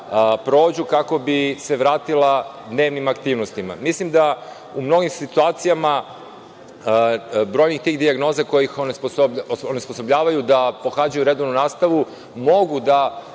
prođu kako bi se vratila dnevnim aktivnostima. Mislim da u mnogim situacijama brojnih tih dijagnoza koje ih onesposobljavaju da pohađaju redovnu nastavu mogu da